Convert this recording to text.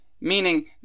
Meaning